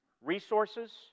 resources